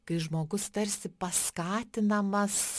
kai žmogus tarsi paskatinamas